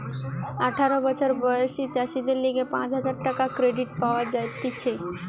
আঠারো বছর বয়সী চাষীদের লিগে পাঁচ হাজার টাকার ক্রেডিট পাওয়া যাতিছে